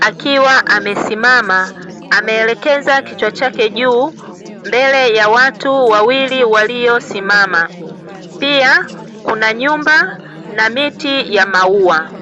akiwa amesimama ameelekeza kichwa chake juu, mbele ya watu wawili waliosimama. Pia kuna nyumba na miti ya maua.